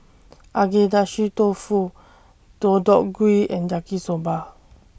Agedashi Dofu Deodeok Gui and Yaki Soba